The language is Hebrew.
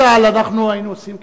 בצה"ל אנחנו היינו עושים,